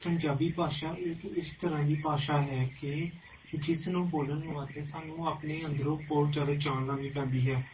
ਪੰਜਾਬੀ ਭਾਸ਼ਾ ਇੱਕ ਇਸ ਤਰ੍ਹਾਂ ਦੀ ਭਾਸ਼ਾ ਹੈ ਕਿ ਜਿਸ ਨੂੰ ਬੋਲਣ ਵਾਸਤੇ ਸਾਨੂੰ ਆਪਣੇ ਅੰਦਰੋਂ ਬਹੁਤ ਜ਼ਿਆਦਾ ਜਾਨ ਲਾਉਣੀ ਪੈਂਦੀ ਹੈ